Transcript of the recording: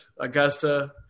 augusta